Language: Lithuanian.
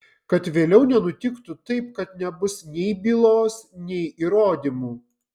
kad vėliau nenutiktų taip kad nebus nei bylos nei įrodymų